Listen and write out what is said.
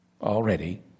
already